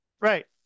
right